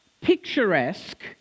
picturesque